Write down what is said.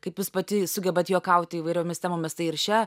kaip jūs pati sugebat juokauti įvairiomis temomis tai ir šia